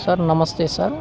sir నమస్తే sir